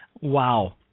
Wow